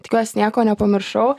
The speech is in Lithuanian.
tikiuos nieko nepamiršau